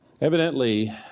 Evidently